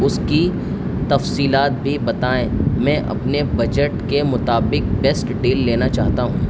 اس کی تفصیلات بھی بتائیں میں اپنے بجٹ کے مطابق بیسٹ ڈیل لینا چاہتا ہوں